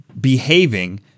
behaving